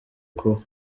kuba